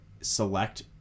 select